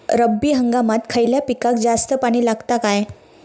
रब्बी हंगामात खयल्या पिकाक जास्त पाणी लागता काय?